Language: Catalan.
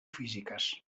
físiques